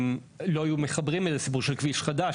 אם לא היו מחברים לזה איזה סיפור של כביש חדש,